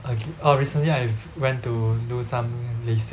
okay orh recently I went to do some lasik